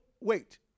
wait